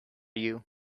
you